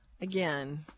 Again